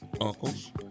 Uncles